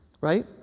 Right